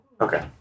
Okay